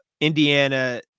Indiana